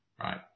right